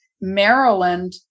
Maryland